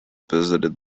visited